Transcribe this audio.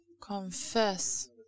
confess